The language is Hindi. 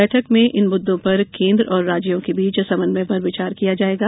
बैठक में इन मुद्दों पर केन्द्र और राज्यों के बीच समन्वय पर विचार किया जाएगा